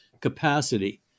capacity